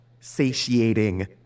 satiating